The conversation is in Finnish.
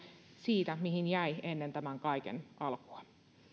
siitä mihin jäi ennen tämän kaiken alkua